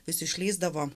vis išlįsdavo